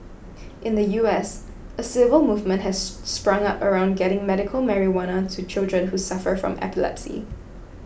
in the U S a civil movement has sprung up around getting medical marijuana to children who suffer from epilepsy